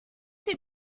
sie